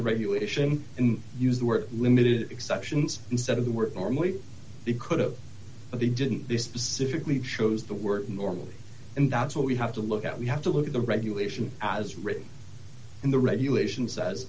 the regulation and use the word limited exceptions instead of the word normally he could have but he didn't specifically chose the word normally and that's what we have to look at we have to look at the regulation as written in the regulation